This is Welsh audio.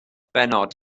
bennod